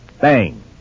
Bang